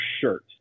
shirt